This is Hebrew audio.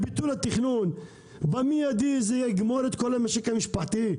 ביטול התכנון במידי יגמור את כל המשק המשפחתי.